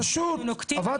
אנחנו נוקטים --- אז שוב.